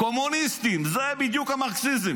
קומוניסטים, זה בדיוק המרקסיזם.